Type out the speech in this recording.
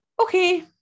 Okay